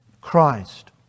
Christ